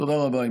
תודה רבה.